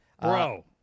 Bro